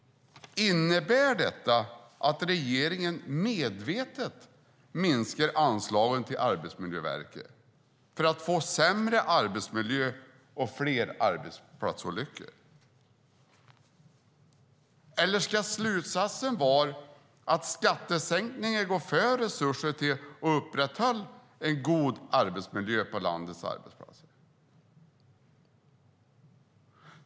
Innebär detta att regeringen medvetet minskar anslagen till Arbetsmiljöverket för att få sämre arbetsmiljö och fler arbetsplatsolyckor? Eller ska slutsatsen vara att skattesänkningar går före resurser till att upprätthålla en god arbetsmiljö på landets arbetsplatser?